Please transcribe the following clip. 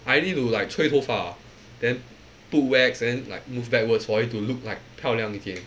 I need to like 吹头发 then put wax and then like move backwards for it to look like 漂亮一点